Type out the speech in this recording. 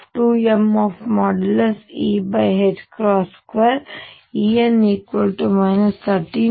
En 13